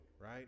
right